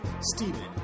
Stephen